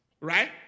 right